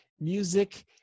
music